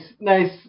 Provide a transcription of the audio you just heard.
nice